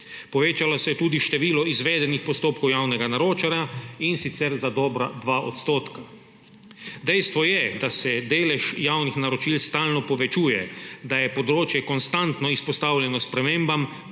Povečalo se je tudi število izvedenih postopkov javnega naročanja, in sicer za dobra 2 %. Dejstvo je, da se delež javnih naročil stalno povečuje, da je področje konstantno izpostavljeno spremembam,